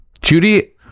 Judy